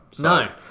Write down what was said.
No